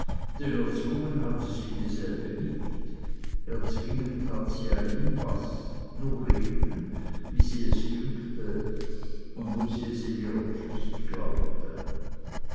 hatte sie dieselbe nicht erzwingen tat sie ja nie was nur reden wie es sie dünkte und wo sie es in ihrer pflicht glaubte